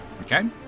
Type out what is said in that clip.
Okay